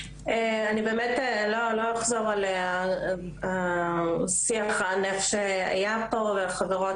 אני באמת לא אחזור על השיח על איך שהיה פה והחברות